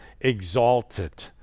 exalted